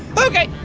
okay!